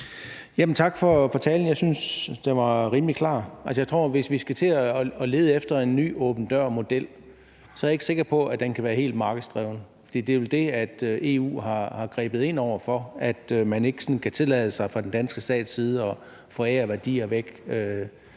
Tak for talen. Jeg synes, at den var rimelig klar. Jeg tror, at hvis vi skal til at lede efter en ny åben dør-model, så er jeg ikke sikker på, at den kan være helt markedsdrevet. For det er vel det, EU har grebet ind over for, altså at man ikke fra den danske stats side kan tillade sig